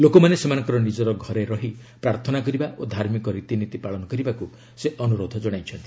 ଲୋକମାନେ ସେମାନଙ୍କର ନିଜ ଘରେ ରହି ପ୍ରାର୍ଥନା କରିବା ଓ ଧାର୍ମିକ ରୀତିନୀତି ପାଳନ କରିବାକୁ ସେ ଅନୁରୋଧ ଜଣାଇଛନ୍ତି